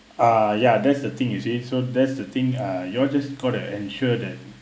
uh ya that's the thing you see so that's the thing uh you all just call to ensure that